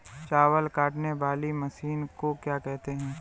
चावल काटने वाली मशीन को क्या कहते हैं?